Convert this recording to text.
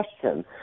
question